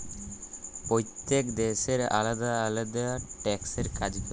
প্যইত্তেক দ্যাশের আলেদা আলেদা ট্যাক্সের কাজ ক্যরে